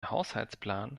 haushaltsplan